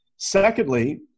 Secondly